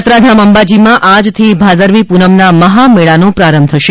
યાત્રાધામ અંબાજીમાં આજથી ભાદરવી પૂનમના મહામેળાનો પ્રારંભ થશે